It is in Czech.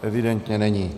Evidentně není.